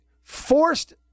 forced